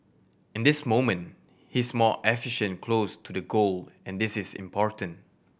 in this moment he is more efficient close to the goal and this is important